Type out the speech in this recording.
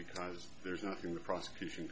because there's nothing the prosecution